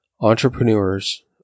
Entrepreneurs